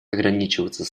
ограничиваться